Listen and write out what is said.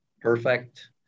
perfect